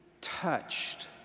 touched